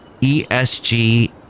ESG